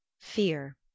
Fear